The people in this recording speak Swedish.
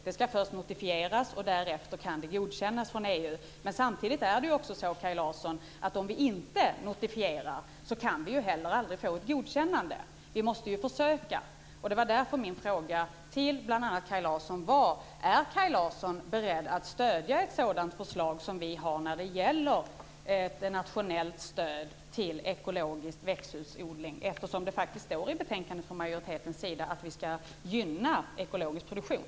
Det ska först notifieras, och därefter kan det godkännas av EU. Men samtidigt är det också så, Kaj Larsson, att om vi inte notifierar kan vi heller aldrig få ett godkännande. Vi måste ju försöka. Det var därför min fråga till bl.a. Kaj Larsson var: Är Kaj Larsson beredd att stödja ett sådant förslag som det vi har när det gäller ett nationellt stöd till ekologisk växthusodling eftersom det faktiskt står i betänkandet från majoritetens sida att vi ska gynna ekologisk produktion?